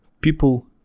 people